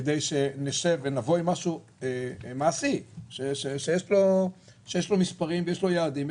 כדי שנבוא עם משהו מעשי שיש לו מספרים ויש לו יעדים,